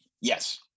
yes